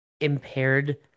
impaired